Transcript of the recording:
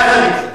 יחד עם זה,